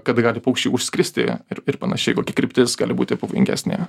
kada gali paukščiai užskristi ir ir panašiai kokia kryptis gali būti pavojingesnė